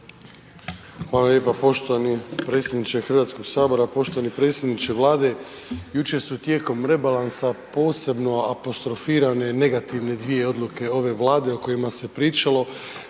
Hvala lijepa poštovani predsjedniče Hrvatskog sabora. Poštovani predsjedniče Vlade jučer su tijekom rebalansa posebno apostrofirane negativne dvije odluke ove Vlade o kojima se pričalo.